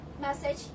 message